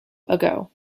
ago